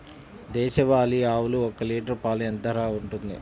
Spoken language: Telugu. దేశవాలి ఆవులు ఒక్క లీటర్ పాలు ఎంత ధర ఉంటుంది?